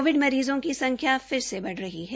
Covid मरीजों की संख्या फिर से बढ़ रही है